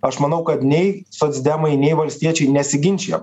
aš manau kad nei socdemai nei valstiečiai nesiginčijo